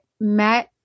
met